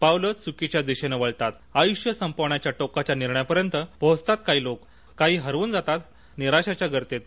पावलं चुकीच्या दिशेनं वळतात आयुष्य संपवण्याच्या टोकाच्या निर्णयापर्यंत पोहोचतात काही लोक काही हरवून जातात निराशेच्या गर्तेत